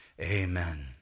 Amen